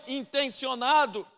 intencionado